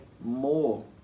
more